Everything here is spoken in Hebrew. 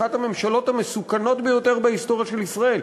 אחת הממשלות המסוכנות ביותר בהיסטוריה של ישראל,